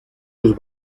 los